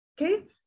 Okay